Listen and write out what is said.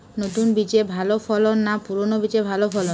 নতুন বীজে ভালো ফলন না পুরানো বীজে ভালো ফলন?